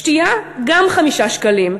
שתייה, גם 5 שקלים.